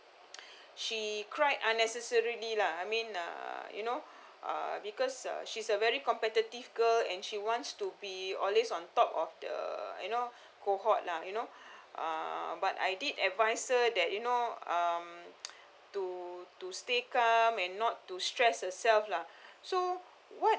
she cried unnecessarily lah I mean uh you know uh because uh she's a very competitive girl and she wants to be always on top of the you know cohort lah you know uh but I did advise her that you know um to to stay calm and not to stress herself lah so what